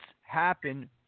happen